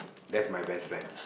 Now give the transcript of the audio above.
that's my best friend